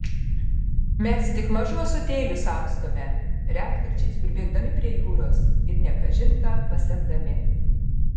mes tik mažu ąsotėliu samstome retkarčiais pribėgdami prie jūros ir ne kažin ką pasemdami